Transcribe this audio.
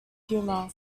humour